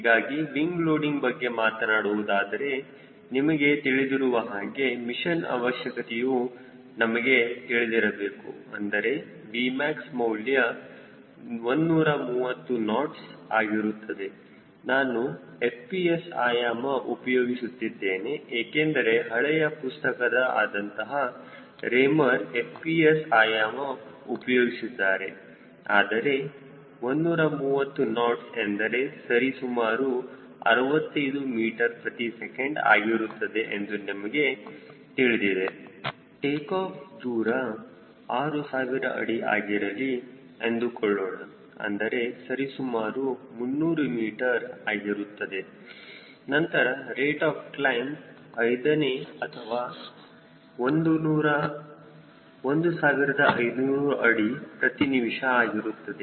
ಹೀಗಾಗಿ wing loading ಬಗ್ಗೆ ಮಾತನಾಡುವುದಾದರೆ ನಮಗೆ ತಿಳಿದಿರುವ ಹಾಗೆ ಮಿಷನ್ ಅವಶ್ಯಕತೆಯೂ ನಮಗೆ ತಿಳಿದಿರಬೇಕು ಅಂದರೆ Vmax ಮೌಲ್ಯ 130 ನಾಟ್ಸ್ ಆಗಿರುತ್ತದೆ ನಾನು FPS ಆಯಾಮ ಉಪಯೋಗಿಸುತ್ತಿದ್ದೇನೆ ಏಕೆಂದರೆ ಹಳೆಯ ಪುಸ್ತಕದ ಆದಂತಹ ರೇಮರ್ FPS ಆಯಾಮ ಉಪಯೋಗಿಸಿದ್ದಾರೆ ಆದರೆ 130 ನಾಟ್ಸ್ ಎಂದರೆ ಸರಿ ಸುಮಾರು 65 ಮೀಟರ್ ಪ್ರತಿ ಸೆಕೆಂಡ್ ಆಗಿರುತ್ತದೆ ಎಂದು ನಿಮಗೆ ತಿಳಿದಿದೆ ಟೇಕಾಫ್ ದೂರ 6000 ಅಡಿ ಆಗಿರಲಿ ಎಂದುಕೊಳ್ಳೋಣ ಅಂದರೆ ಸರಿಸುಮಾರು 300 ಮೀಟರ್ ಆಗುತ್ತದೆ ನಂತರ ರೇಟ್ ಆಫ್ ಕ್ಲೈಮ್ ಐದನೇ ಒಂದು ಅಥವಾ 1500 ಅಡಿ ಪ್ರತಿನಿಮಿಷ ಆಗಿರುತ್ತದೆ